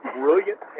brilliant